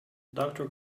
doctor